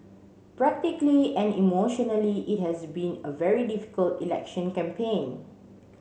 practically and emotionally it has been a very difficult election campaign